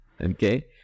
Okay